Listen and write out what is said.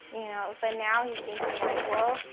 you know? but now he's thinking, like, well,